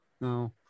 no